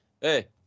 hey